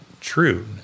true